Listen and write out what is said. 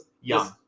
Young